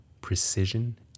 precision